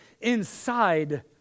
inside